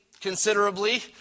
considerably